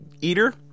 Eater